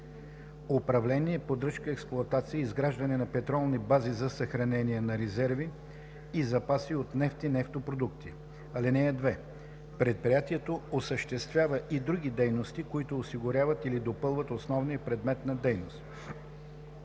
управление, поддръжка, експлоатация и изграждане на петролни бази за съхранение на резерви и запаси от нефт и нефтопродукти. (2) Предприятието осъществява и други дейности, които осигуряват или допълват основния предмет на дейност.